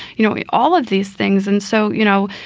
you know, all of these things. and so, you know,